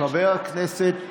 חבר הכנסת